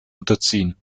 unterziehen